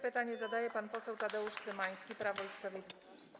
Pytanie zadaje pan poseł Tadeusz Cymański, Prawo i Sprawiedliwość.